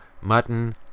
mutton